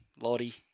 Lottie